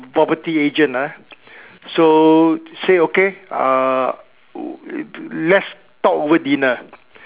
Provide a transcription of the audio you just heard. property agent ah so say okay uh let's talk over dinner